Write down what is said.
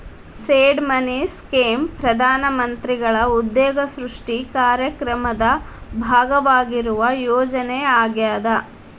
seed money scheme ಪ್ರಧಾನ ಮಂತ್ರಿಗಳ ಉದ್ಯೋಗ ಸೃಷ್ಟಿ ಕಾರ್ಯಕ್ರಮದ ಭಾಗವಾಗಿರುವ ಯೋಜನೆ ಆಗ್ಯಾದ